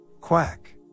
quack